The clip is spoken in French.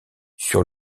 sur